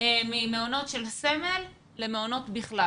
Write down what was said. ממעונות של סמל למעונות בכלל